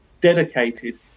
dedicated